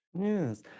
yes